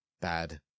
bad